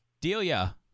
Delia